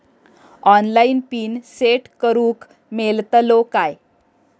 Online PIN set करूक मेलतलो काय?